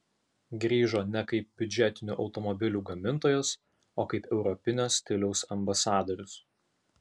grįžo ne kaip biudžetinių automobilių gamintojas o kaip europinio stiliaus ambasadorius